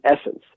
essence